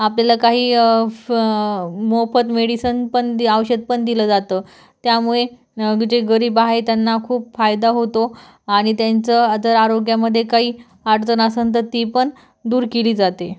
आपल्याला काही फ मोफत मेडिसन पण दी औषध पण दिलं जातं त्यामुळे जे गरीब आहे त्यांना खूप फायदा होतो आणि त्यांचं आजार आरोग्यामध्ये काही अडचण आसन तर ती पण दूर केली जाते